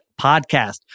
podcast